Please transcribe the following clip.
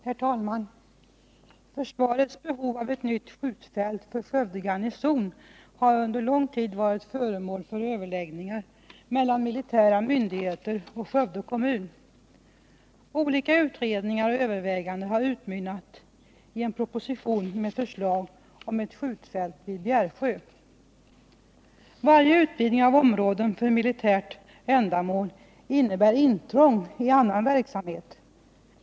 Herr talman! Försvarets behov av ett nytt skjutfält för Skövde garnison har under lång tid varit föremål för överläggningar mellan militära myndigheter och Skövde kommun. Olika utredningar och överväganden har utmynnat i en proposition med förslag om ett skjutfält vid Bjärsjö. Varje utvidgning av områden för militärt ändamål innebär intrång i annan verksamhet.